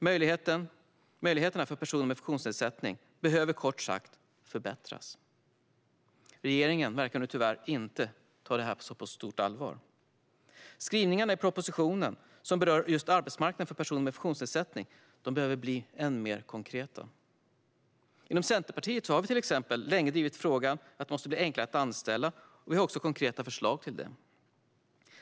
Möjligheterna för personer med funktionsnedsättning behöver kort sagt förbättras. Regeringen verkar tyvärr inte ta detta på så stort allvar. De skrivningar i propositionen som berör arbetsmarknaden för personer med funktionsnedsättning behöver bli ännu mer konkreta. Inom Centerpartiet har vi till exempel länge drivit frågan att det måste bli enklare att anställa, och vi har också konkreta förslag för det.